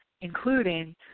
including